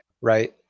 right